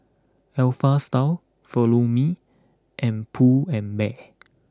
Alpha Style Follow Me and Pull and Bear